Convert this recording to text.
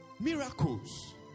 miracles